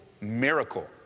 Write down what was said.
miracle